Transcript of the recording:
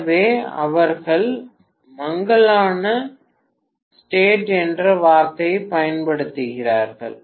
எனவே அவர்கள் மங்கலான ஸ்டேட் என்ற வார்த்தையைப் பயன்படுத்துகிறார்கள்